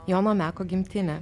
jono meko gimtinę